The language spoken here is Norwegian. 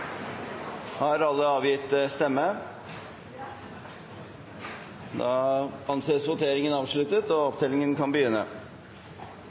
Har alle avgitt stemme? Da er voteringen avsluttet. Stemmesedlene vil etter vanlig praksis bli opptalt etter møtet, og